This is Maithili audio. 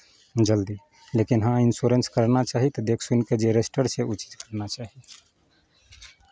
जल्दी लेकिन हँ इन्श्योरेंस करना चाही तऽ देख सुनि कऽ जे रजिस्टर्ड छै ओ चीज करना चाही